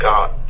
God